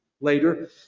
later